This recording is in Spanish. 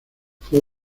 fue